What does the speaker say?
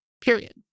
period